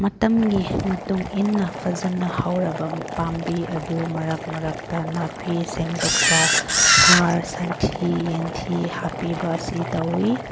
ꯃꯇꯝꯒꯤ ꯃꯇꯨꯡ ꯏꯟꯅ ꯐꯖꯅ ꯍꯧꯔꯕ ꯄꯥꯝꯕꯤ ꯑꯗꯨ ꯃꯔꯛ ꯃꯔꯛꯇ ꯅꯥꯄꯤ ꯁꯦꯝꯗꯣꯛꯄ ꯍꯥꯔ ꯁꯟꯊꯤ ꯌꯦꯟꯊꯤ ꯍꯥꯞꯄꯤꯕ ꯑꯁꯤ ꯇꯧꯏ